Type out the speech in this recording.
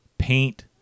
paint